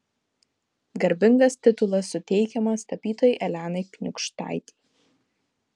garbingas titulas suteikiamas tapytojai elenai kniūkštaitei